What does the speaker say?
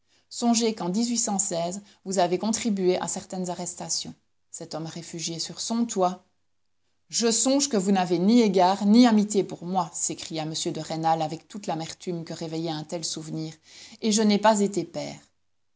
songez qu'en vous avez contribué à certaines arrestations cet homme réfugié sur son toit je songe que vous n'avez ni égards ni amitié pour moi s'écria m de rênal avec toute l'amertume que réveillait un tel souvenir et je n'ai pas été pair